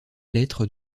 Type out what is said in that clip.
lettres